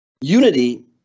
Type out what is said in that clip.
Unity